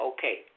Okay